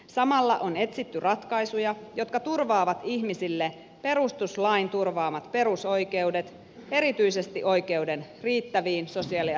samalla on etsitty ratkaisuja jotka turvaavat ihmisille perustuslain turvaamat perusoikeudet erityisesti oikeuden riittäviin sosiaali ja terveydenhuollon palveluihin